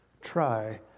try